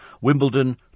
Wimbledon